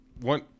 One